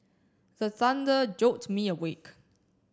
the thunder jolt me awake